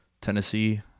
Tennessee